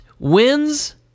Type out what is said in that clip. Wins